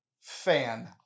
fan